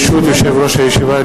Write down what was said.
ברשות יושב-ראש הישיבה,